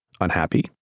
unhappy